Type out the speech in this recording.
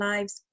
Lives